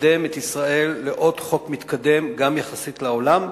לקדם את ישראל לעוד חוק מתקדם, גם יחסית לעולם,